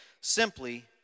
Simply